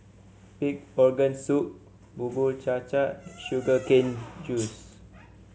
Pig Organ Soup Bubur Cha Cha Sugar Cane Juice